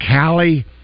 Callie